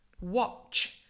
watch